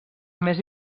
més